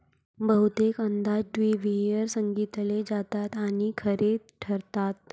बहुतेक अंदाज टीव्हीवर सांगितले जातात आणि खरे ठरतात